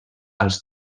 als